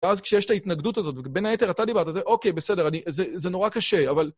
ואז כשיש את ההתנגדות הזאת, בין היתר אתה דיברת על זה, אוקיי, בסדר, זה נורא קשה, אבל...